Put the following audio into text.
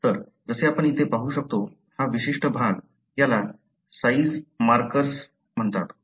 तर जसे आपण इथे पाहू शकतो हा विशिष्ट भाग याला साईझ मार्कर्स म्हणतात